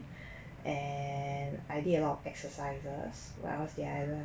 and I did a lot of exercises what else did I learn